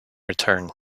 return